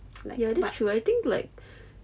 ya it's true I think like